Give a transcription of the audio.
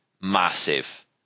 massive